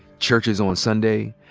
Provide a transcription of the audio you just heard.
churches on sunday,